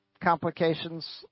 complications